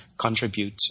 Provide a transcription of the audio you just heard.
Contribute